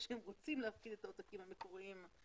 שהם רוצים להפקיד את העותקים המקוריים.